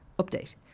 Update